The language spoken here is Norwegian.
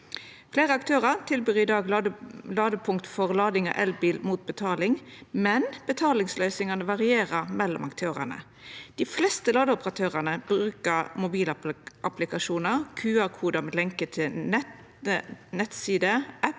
Fleire aktørar tilbyr i dag ladepunkt for lading av elbil mot betaling, men betalingsløysingane varierer mellom aktørane. Dei fleste ladeoperatørane brukar mobilapplikasjonar, QR-kode med lenke til nettside, app,